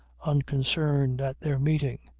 unconcerned at their meeting.